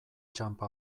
txanpa